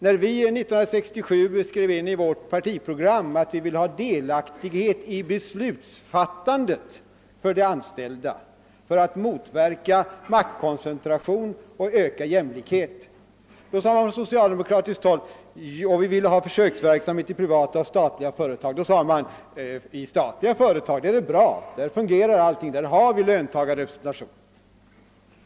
När vi 1967 i vårt partiprogram skrev in att vi ville ha försöksverksamhet i privata och statliga företag för att uppnå delaktighet för de anställda i fråga om beslutsfattandet för att motverka maktkoncentration och öka jämlikheten, sade man från socialdemokratiskt håll: I statliga företag är det bra, där fungerar allting, där har vi löntagarrepresentation.